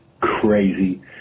crazy